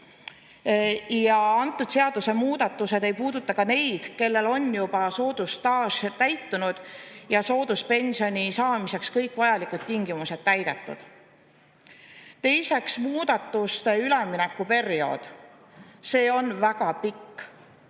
Need seadusemuudatused ei puuduta ka neid, kellel on juba soodusstaaž täitunud ja sooduspensioni saamiseks kõik vajalikud tingimused täidetud. Teiseks, muudatuste ülemineku periood on väga pikk.